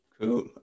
Cool